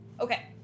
Okay